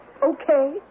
Okay